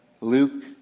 Luke